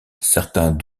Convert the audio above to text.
certains